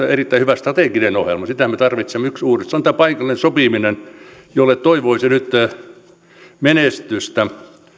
on minusta erittäin hyvä strateginen ohjelma sitä me tarvitsemme yksi uudistus on tämä paikallinen sopiminen jolle toivoisi nyt menestystä